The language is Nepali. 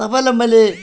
तपाईँलाई मैले